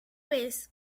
vez